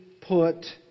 put